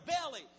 belly